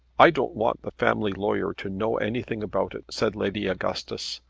i don't want the family lawyer to know anything about it, said lady augustus.